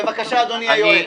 בבקשה, אדוני היועץ.